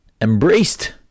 embraced